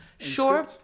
Sure